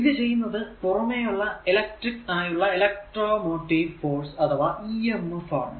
ഇത് ചെയ്യുന്നത് പുറമെയുള്ള ഇലക്ട്രിക്ക് ആയുള്ള ഇലക്ട്രോ മോട്ടീവ് ഫോഴ്സ് അഥവാ emf ആണ്